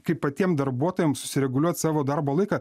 kaip patiem darbuotojam susireguliuot savo darbo laiką